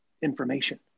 information